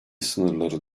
sınırları